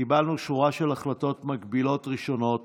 קיבלנו שורה של החלטות מגבילות ראשונות